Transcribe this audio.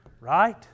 Right